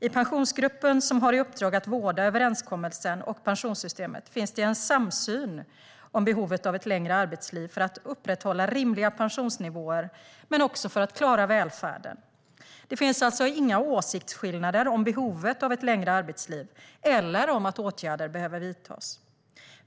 I Pensionsgruppen, som har i uppdrag att vårda överenskommelsen och pensionssystemet, finns en samsyn om behovet av ett längre arbetsliv för att upprätthålla rimliga pensionsnivåer men också för att klara välfärden. Det finns alltså inga åsiktsskillnader om behovet av ett längre arbetsliv eller om att åtgärder behöver vidtas.